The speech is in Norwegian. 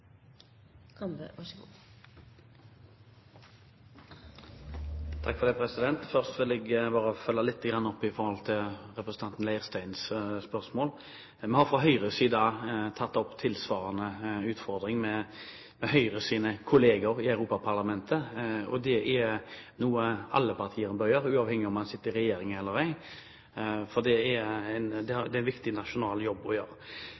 Først vil jeg følge litt opp representanten Leirsteins spørsmål. Fra Høyres side har vi tatt opp tilsvarende utfordringer med Høyres kollegaer i Europaparlamentet. Det er noe alle partier bør gjøre, uavhengig av om man sitter i regjering eller ei. Det er det en viktig nasjonal jobb å gjøre.